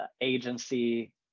agency